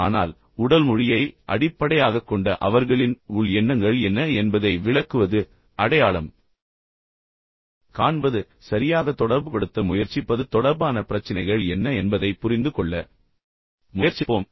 ஆனால் உடல் மொழியை அடிப்படையாகக் கொண்ட அவர்களின் உள் எண்ணங்கள் என்ன என்பதை விளக்குவது அடையாளம் காண்பது மற்றும் சரியாக தொடர்புபடுத்த முயற்சிப்பது தொடர்பான பிரச்சினைகள் என்ன என்பதை இன்று புரிந்து கொள்ள முயற்சிப்போம்